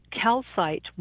Calcite